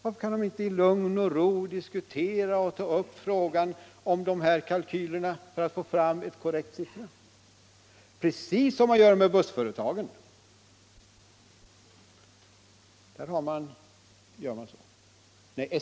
Varför kan de inte — såsom man gjort när det gällde bussföretagen — i lugn och ro diskutera för att få fram en korrekt siffra för dessa kalkyler?